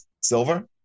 Silver